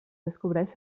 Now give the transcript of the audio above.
descobreix